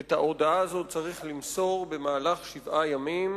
את ההודעה הזאת צריך למסור במהלך שבעה ימים,